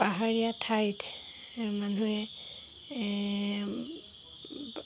পাহাৰীয়া ঠাইত মানুহে